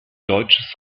deutsches